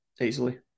easily